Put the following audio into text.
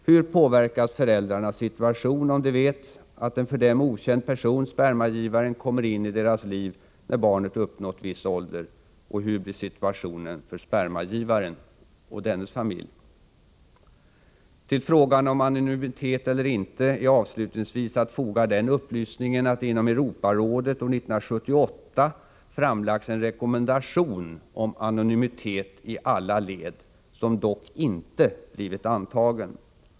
Hur påverkas föräldrarnas situation, om de vet att en för dem okänd person, spermagivaren, kommer in i deras liv, när barnet uppnått viss ålder? Och hur blir situationen för spermagivaren och dennes familj? Till frågan om anonymitet eller ej är avslutningsvis att foga den upplysningen att det inom Europarådet år 1978 framlagts en rekommendation om anonymitet i alla led, som dock inte blivit antagen.